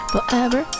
Forever